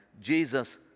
Jesus